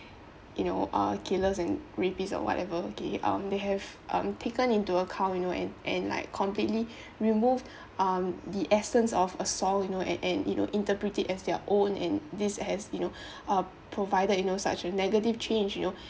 you know uh killers and rapist or whatever okay um they have um taken into account you know and and like completely remove um the essence of a song you know and and interpret it as their own and this has you know uh provided you know such a negative change you know